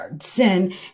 sin